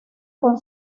con